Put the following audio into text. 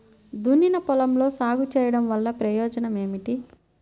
దున్నిన పొలంలో సాగు చేయడం వల్ల ప్రయోజనం ఏమిటి?